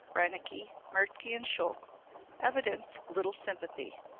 reinecke, mertke and scholtz evidence little sympathy.